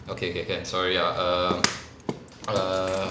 okay okay can sorry ah err err